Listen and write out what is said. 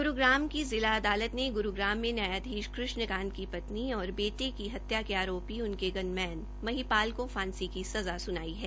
ग्रूग्राम की जिला अदालत ने ग्रूग्राम में न्यायाधीश कृष्ण कांत की पत्नी और बेटे की हत्या के आरोपी उनके गनमैन महीपाल को फांसी की सज़ा सुनाई है